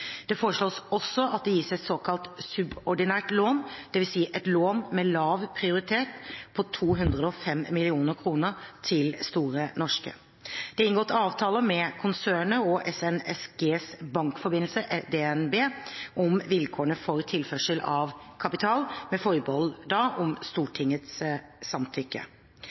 Det foreslås også at det gis et såkalt subordinert lån, dvs. et lån med lav prioritet, på 205 mill. kr til Store Norske. Det er inngått avtaler med konsernet og SNSGs bankforbindelse DNB om vilkårene for tilførsel av kapital, med forbehold om Stortingets samtykke.